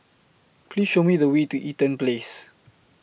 Please Show Me The Way to Eaton Place